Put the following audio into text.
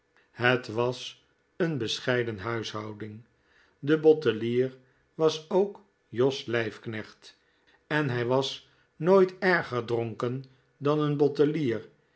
het was een bescheiden huishouding de bottelier was ook jos lijfknecht en hij was nooit erger dronken dan een bottelier